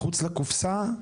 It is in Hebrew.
מחוץ לקופסה,